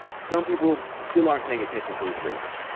some people still aren't paying attention to this race.